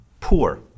poor